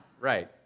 Right